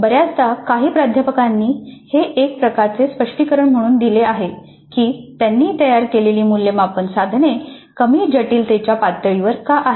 बऱ्याचदा काही प्राध्यापकांनी हे एक प्रकारचे स्पष्टीकरण म्हणून दिले आहे की त्यांनी तयार केलेली मूल्यमापन साधने कमी जटिलतेच्या पातळीवर का आहेत